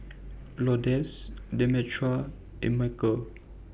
Lourdes Demetra and Mychal